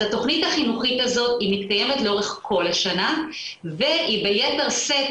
אז התוכנית החינוכית הזאת היא מתקיימת לאורך כל השנה והיא ביתר שאת,